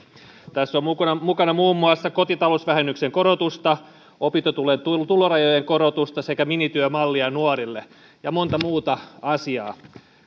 tässä on mukana mukana muun muassa kotitalousvähennyksen korotusta opintotuen tulorajojen korotusta sekä minityömallia nuorille ja monta muuta asiaa